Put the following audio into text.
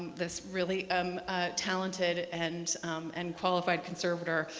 this really um talented and and qualified conservator,